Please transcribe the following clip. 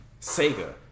Sega